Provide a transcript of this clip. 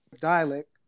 dialect